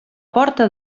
porta